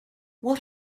what